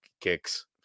kicks